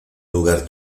lugar